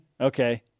Okay